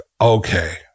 okay